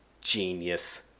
Genius